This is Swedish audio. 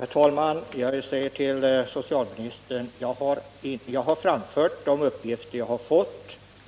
Herr talman! Jag säger till socialministern att jag har framfört de uppgifter jag har fått.